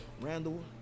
Randall